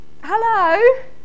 Hello